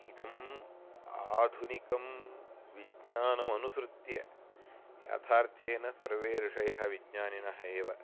इदम् आधुनिकं विज्ञानमनुसृत्य यथार्थेन सर्वे ऋषयः विज्ञानिनः एव